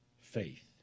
faith